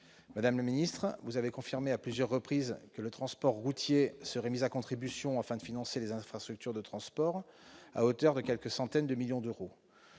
Madame la secrétaire d'État, vous avez confirmé à plusieurs reprises que le transport routier serait mis à contribution afin de financer les infrastructures de transport, à hauteur de quelques centaines de millions d'euros.